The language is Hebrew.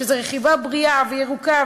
שזאת רכיבה בריאה וירוקה,